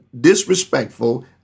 disrespectful